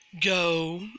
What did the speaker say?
go